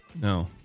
No